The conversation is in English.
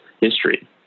history